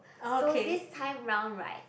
so this time round right